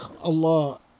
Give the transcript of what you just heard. Allah